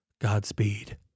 godspeed